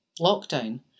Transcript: Lockdown